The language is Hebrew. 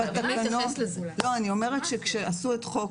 אני אומרת שכשעשו את חוק